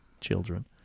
children